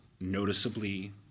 noticeably